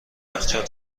یخچال